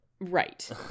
right